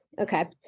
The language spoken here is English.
okay